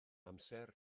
amser